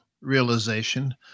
realization